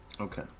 Okay